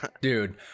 dude